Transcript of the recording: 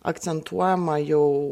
akcentuojama jau